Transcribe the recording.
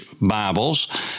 Bibles